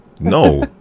no